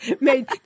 made